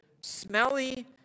smelly